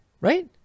right